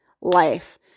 life